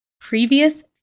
previous